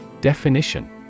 Definition